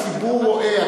הציבור רואה.